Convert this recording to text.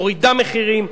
מורידה מחירים,